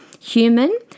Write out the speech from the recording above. Human